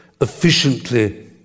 efficiently